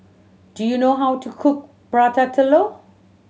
do you know how to cook Prata Telur